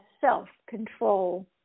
self-control